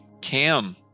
CAM